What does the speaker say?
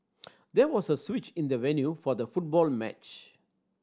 there was a switch in the venue for the football match